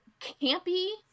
campy